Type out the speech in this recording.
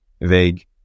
vague